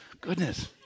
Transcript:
Goodness